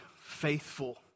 faithful